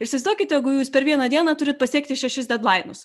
įsivaizduokit jeigu jūs per vieną dieną turit pasiekti šešis dedlainus